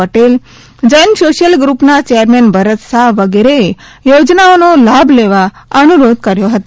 Patel Jain social ગ્રુપના chairman Bharat Shah વગેરેએ યોજનાઓનો લાભ લેવા અનુરોધ કર્યો હતો